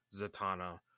Zatanna